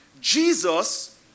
Jesus